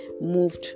moved